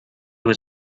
was